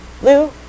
blue